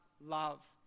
love